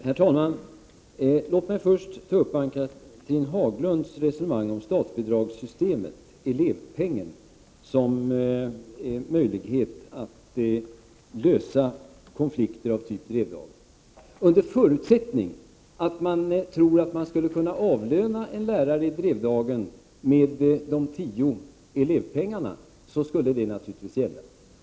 Herr talman! Låt mig först ta upp Ann-Cathrine Haglunds resonemang om statsbidragssystemet, elevpengen, som möjlighet att lösa konflikter av typ Drevdagen. Under förutsättning att man tror att man skulle kunna avlöna en lärare i Drevdagen med de tio elevpengarna, skulle det naturligtvis hjälpa.